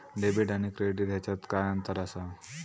Debit आणि credit ह्याच्यात काय अंतर असा?